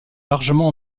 largement